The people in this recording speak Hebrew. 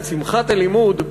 את שמחת הלימוד,